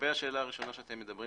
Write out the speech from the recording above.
לגבי השאלה הראשונה עליה אתם מדברים